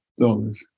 dollars